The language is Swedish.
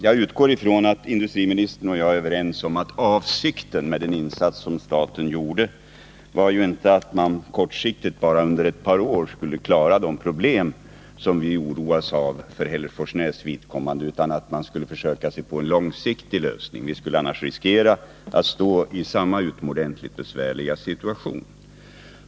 Jag utgår ifrån att industriministern och jag är överens om att avsikten med statens insats inte var att man endast kortsiktigt under ett par år skulle klara de problem som vi oroas av för Hälleforsnäs vidkommande, utan att man skulle försöka få en långsiktig lösning till stånd. Vi skulle annars riskera att på nytt hamna i samma utomordentligt besvärliga situation.